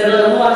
בסדר גמור.